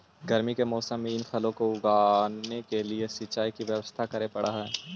गर्मी के मौसम में इन फलों को उगाने के लिए सिंचाई की व्यवस्था करे पड़अ हई